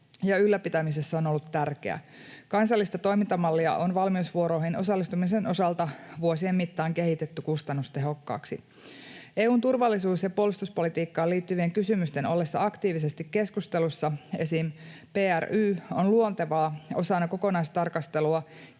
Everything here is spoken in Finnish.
ylläpitämisessä on ollut tärkeä. Kansallista toimintamallia on valmiusvuoroihin osallistumisen osalta vuosien mittaan kehitetty kustannustehokkaaksi. EU:n turvallisuus- ja puolustuspolitiikkaan liittyvien kysymysten ollessa aktiivisesti keskustelussa, esim. PRY, on luontevaa osana kokonaistarkastelua käydä